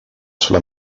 sulla